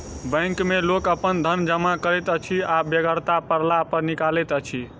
bank मे लोक अपन धन जमा करैत अछि आ बेगरता पड़ला पर निकालैत अछि